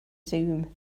zoom